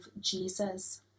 Jesus